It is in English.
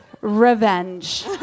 revenge